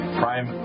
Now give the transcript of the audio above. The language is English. prime